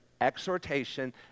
exhortation